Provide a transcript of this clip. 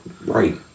Right